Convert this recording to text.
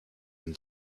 him